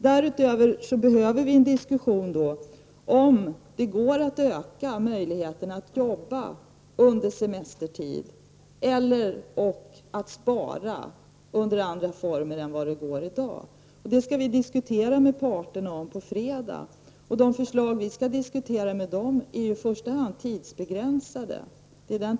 Därutöver behöver vi en diskussion huruvida det går att öka möjligheterna att jobba under semestern eller att spara semester under andra former än vad som i dag är möjligt. Det skall vi diskutera med parterna på fredag. De förslag vi då skall diskutera är i första hand tidsbegränsade.